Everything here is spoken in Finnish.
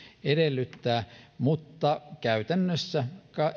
edellyttää mutta käytännössä